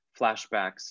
flashbacks